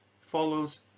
follows